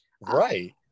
Right